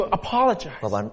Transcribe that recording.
apologize